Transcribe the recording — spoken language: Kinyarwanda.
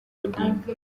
odinga